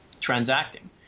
transacting